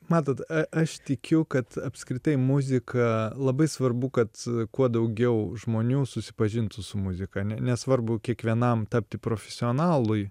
matot aš tikiu kad apskritai muzika labai svarbu kad kuo daugiau žmonių susipažintų su muzika ne nesvarbu kiekvienam tapti profesionalui